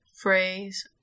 phrase